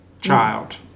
child